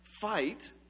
Fight